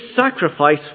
sacrifice